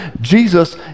Jesus